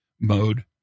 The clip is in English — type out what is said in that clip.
mode